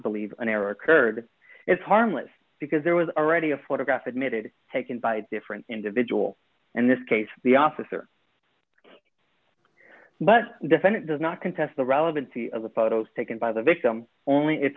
believe an error occurred is harmless because there was already a photograph admitted taken by different individuals and this case the officer but defendant does not contest the relevancy of the photos taken by the victim only it's